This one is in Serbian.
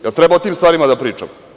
Jel treba o tim stvarima da pričamo?